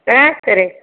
ஆ சரிங்